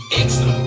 extra